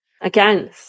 Again